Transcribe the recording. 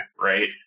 right